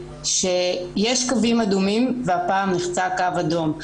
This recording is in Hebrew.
שיש קווים אדומים והפעם נחצה קו אדום.